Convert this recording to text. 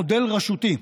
מודל רשותי,